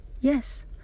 Yes